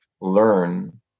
learn